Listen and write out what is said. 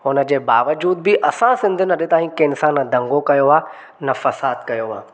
हुन जे बावजूद बि असां सिंधियुनि अॼु ताईं कंहिंसां न को दंगो कयो आहे न फसादु कयो आहे